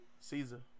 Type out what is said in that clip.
Caesar